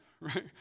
Right